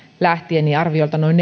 lähtien arviolta noin